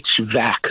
HVAC